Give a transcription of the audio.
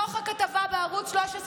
בתוך הכתבה בערוץ 13,